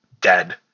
dead